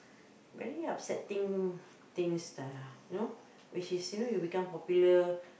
very upsetting things lah you know which is you know you become popular